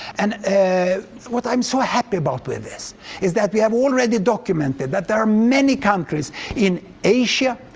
and what i'm so happy about with this is that we have already documented that there are many countries in asia,